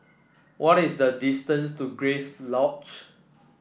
what is the distance to Grace Lodge